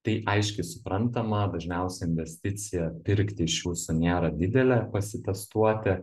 tai aiški suprantama dažniausiai investicija pirkti iš jūsų nėra didelė pasitestuoti